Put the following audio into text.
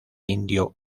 indio